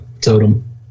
totem